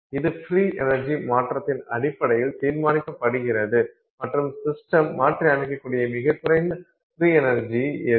இது free energy மாற்றத்தின் அடிப்படையில் தீர்மானிக்கப்படுகிறது மற்றும் சிஸ்டம் மாற்றியமைக்கக்கூடிய மிகக் குறைந்த ஃப்ரீ எனர்ஜி எது